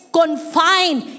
confined